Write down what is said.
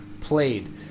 played